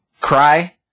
cry